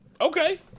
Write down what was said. Okay